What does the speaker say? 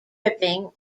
dripping